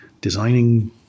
designing